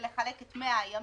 ולחלק את 100 הימים,